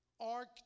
arc